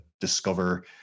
discover